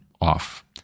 off